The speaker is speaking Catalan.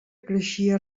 creixia